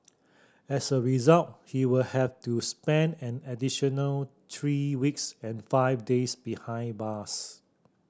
as a result he will have to spend an additional three weeks and five days behind bars